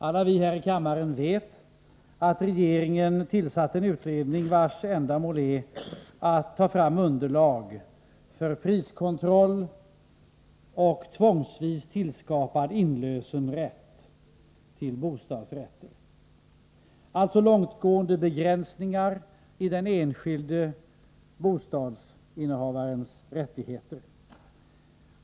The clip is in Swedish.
Alla vi här i kammaren vet att regeringen tillsatt en utredning, vars ändamål är att ta fram underlag för priskontroll och tvångsvis tillskapad rätt till inlösen av bostadsrätt — alltså långtgående begränsningar i den enskilda bostadsinnehavarens rättigheter.